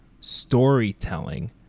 storytelling